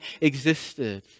existed